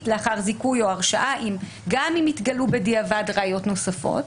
לאחר זיכוי או הרשעה גם אם התגלו בדיעבד ראיות נוספות.